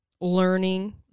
learning